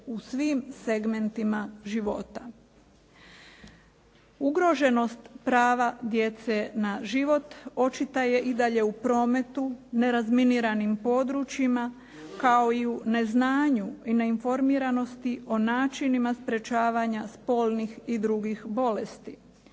u svim segmentima života. Ugroženost prava djece na život očita je i dalje u prometu, nerazminiranim područjima, kao i u neznanju i u neinformiranosti o načinima sprečavanja spolnih i drugih bolesti.